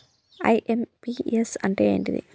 IMPS అంటే ఏంటిది?